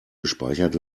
gespeichert